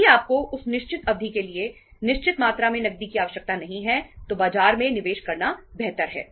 यदि आपको उस निश्चित अवधि के लिए निश्चित मात्रा में नकदी की आवश्यकता नहीं है तो बाजार में निवेश करना बेहतर है